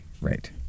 Right